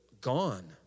gone